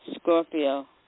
Scorpio